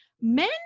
men